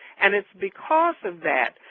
and it's because of that,